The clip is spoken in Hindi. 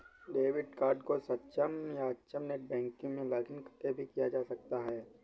डेबिट कार्ड को सक्षम या अक्षम नेट बैंकिंग में लॉगिंन करके भी किया जा सकता है